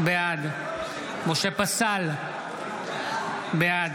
בעד משה פסל, בעד